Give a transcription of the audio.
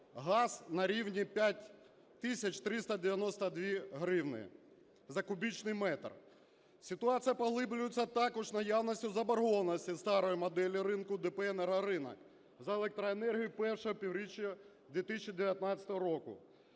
газ на рівні 5 тисяч 392 гривні за кубічний метр. Ситуація поглиблюється також наявністю заборгованості старою моделлю ринку ДП "Енергоринок" за електроенергію першого півріччя 2019 року.